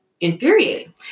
infuriating